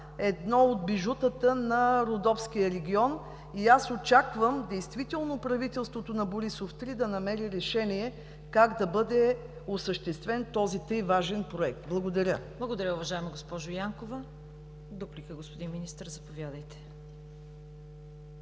едно от бижутата на Родопския регион. И аз очаквам действително правителството на Борисов 3 да намери решение как да бъде осъществен този тъй важен проект. Благодаря. ПРЕДСЕДАТЕЛ ЦВЕТА КАРАЯНЧЕВА: Благодаря, уважаема госпожо Янкова. Дуплика – господин Министър, заповядайте.